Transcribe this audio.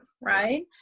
right